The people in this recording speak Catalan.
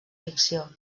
ficció